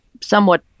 somewhat